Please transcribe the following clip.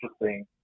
interesting